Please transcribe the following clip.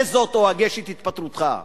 עשה זאת, או הגש את התפטרותך.